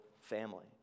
family